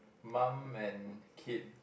mum and kid